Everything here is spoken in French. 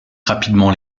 rapidement